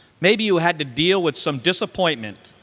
maybe you had to deal with some disappointment.